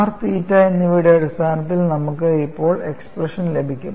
R theta എന്നിവയുടെ അടിസ്ഥാനത്തിൽ നമുക്ക് ഇപ്പോൾ എക്സ്പ്രഷൻ ലഭിക്കും